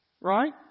right